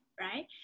right